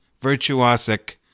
virtuosic